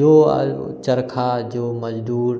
जो चरखा जो मज़दूर